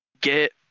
get